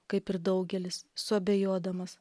kaip ir daugelis suabejodamas